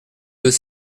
deux